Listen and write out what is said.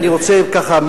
ואני רוצה ככה,